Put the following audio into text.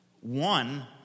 One